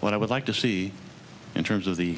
what i would like to see in terms of the